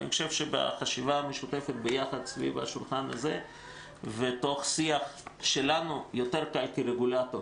בחשיבה משותפת יחד סביב השולחן הזה ותוך שיח שלנו יותר קל כרגולטור